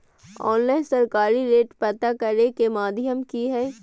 Online सरकारी rate पता करे के माध्यम की हय?